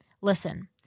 Listen